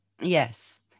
Yes